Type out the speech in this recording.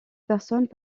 personnes